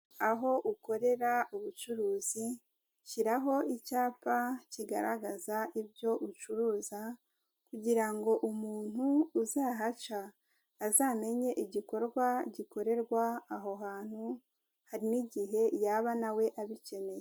Aho ukorera ubucuruzi, shyiraho icyapa kigaragaza ibyo uncuruza, kugira ngo umuntu uzahaca, azamenye igikorwa gikorerwa aho hantu, hari n'igihe yaba na we abikeneye.